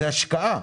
זה השקעה,